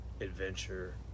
adventure